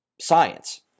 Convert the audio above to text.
Science